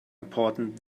important